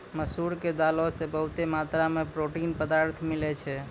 मसूर के दालो से बहुते मात्रा मे पौष्टिक पदार्थ मिलै छै